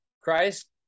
Christ